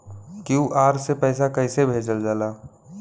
QR से पैसा कैसे भेजल जाला?